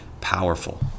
powerful